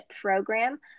program